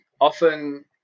often